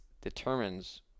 determines